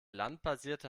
landbasierte